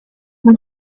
from